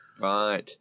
Right